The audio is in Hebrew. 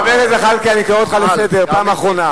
חבר הכנסת זחאלקה, אני קורא אותך לסדר פעם אחרונה.